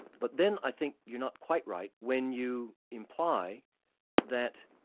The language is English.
but then i think you're not quite right when you imply that,